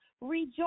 rejoice